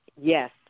yes